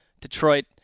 Detroit